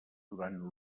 durant